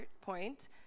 point